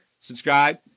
subscribe